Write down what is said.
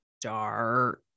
dark